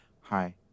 Hi